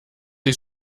ich